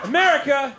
America